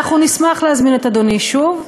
אנחנו נשמח להזמין את אדוני שוב.